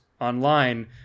online